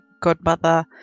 godmother